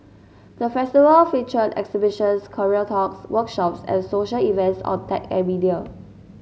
the Festival featured exhibitions career talks workshops and social events on tech and media